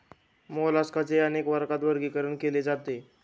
मोलास्काचे अनेक वर्गात वर्गीकरण केले जाते